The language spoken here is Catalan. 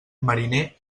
mariner